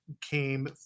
came